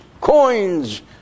coins